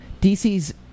DC's